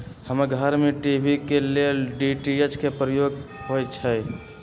हमर घर में टी.वी के लेल डी.टी.एच के प्रयोग होइ छै